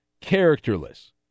characterless